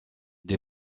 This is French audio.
des